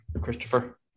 Christopher